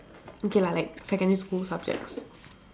okay lah like secondary school subjects